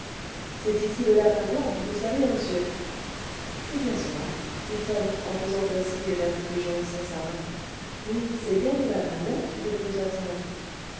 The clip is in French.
c'est ici le lapin blanc pour vous servir monsieur c'est bien cela dit tom en faisant un signe d'intelligence à sarah oui c'est bien au lapin blanc qu'il devait nous attendre